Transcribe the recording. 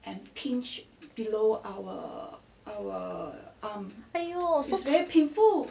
!aiyo!